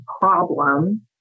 problem